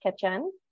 kitchen